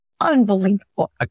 Unbelievable